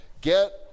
Get